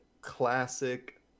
classic